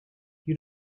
you